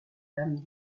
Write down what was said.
dame